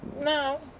No